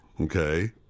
Okay